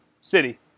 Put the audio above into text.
city